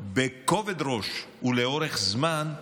בכובד ראש ולאורך זמן,